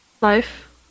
Life